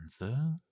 answer